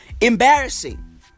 embarrassing